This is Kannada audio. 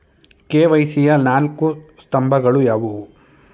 ಕೆ.ವೈ.ಸಿ ಯ ನಾಲ್ಕು ಸ್ತಂಭಗಳು ಯಾವುವು?